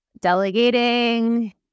Delegating